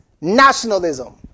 nationalism